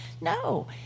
No